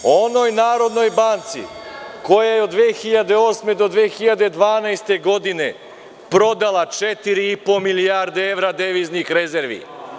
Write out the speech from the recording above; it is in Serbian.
O onoj Narodnoj banci koja je od 2008. do 2012. godine prodala 4,5 milijarde evra deviznih rezervi.